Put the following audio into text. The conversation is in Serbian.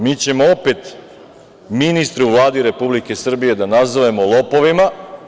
Mi ćemo opet ministre u Vladi Republike Srbije da nazovemo lopovima.